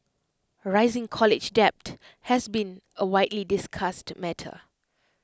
rising college debt has been A widely discussed matter